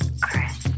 Chris